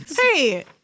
Hey